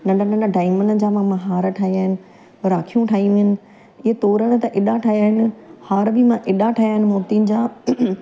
नंढा नंढा डायमंड जा मां मां हार ठाहिया आहिनि राखियूं ठाहियूं आहिनि इहे तोरण त एॾा ठाहिया आहिनि हार बि मां एॾा ठाहिया आहिनि मोतियुनि जा